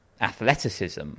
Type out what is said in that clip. athleticism